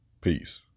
Peace